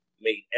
made